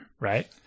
right